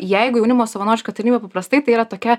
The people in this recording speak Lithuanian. jeigu jaunimo savanoriška tarnyba paprastai tai yra tokia